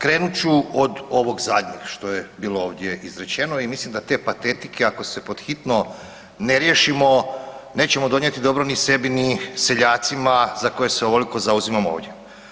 Krenut ću od ovog zadnjeg što je bilo ovdje izrečeno i mislim da te patetike ako se pod hitno ne riješimo nećemo donijeti dobro ni sebi ni seljacima za koje se ovoliko zauzima ovdje.